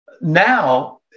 now